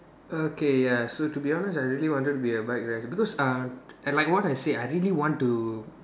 okay ya so to be honest I really wanted to be a bike rider because uh like what I said I really want to